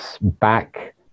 back